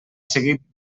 seguit